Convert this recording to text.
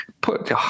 put